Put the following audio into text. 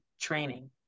training